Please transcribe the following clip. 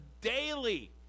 daily